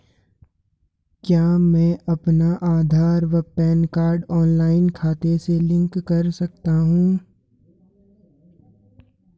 क्या मैं अपना आधार व पैन कार्ड ऑनलाइन खाते से लिंक कर सकता हूँ?